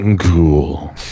cool